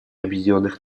объединенных